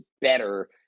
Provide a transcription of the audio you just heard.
better